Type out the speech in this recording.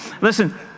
Listen